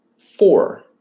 four